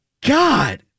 God